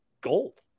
gold